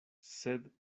sed